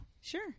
Sure